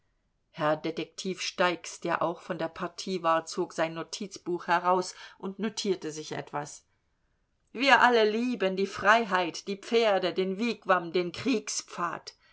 herr detektiv steix der auch von der partie war zog sein notizbuch heraus und notierte sich etwas wir alle lieben die freiheit die pferde den wigwam den kriegspfad